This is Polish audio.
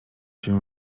się